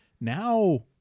Now